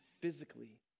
physically